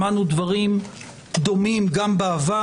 שמענו דברים דומים גם בעבר.